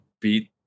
beat